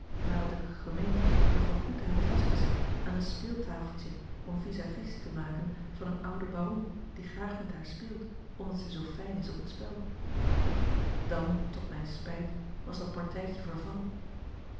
nadat ik had gemeend haar voorgoed te hebben vastgezet aan een speeltafeltje om vis-à-vis te maken van een ouden baron die graag met haar speelt omdat zij zoo fijn is op het spel dan tot mijn spijt was dat partijtje vervallen